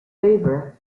faber